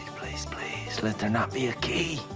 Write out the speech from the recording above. please, please, let there not be a key.